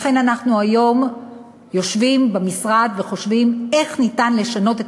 לכן אנחנו היום יושבים במשרד וחושבים איך ניתן לשנות את